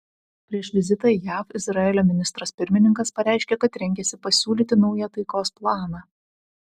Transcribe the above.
prieš vizitą į jav izraelio ministras pirmininkas pareiškė kad rengiasi pasiūlyti naują taikos planą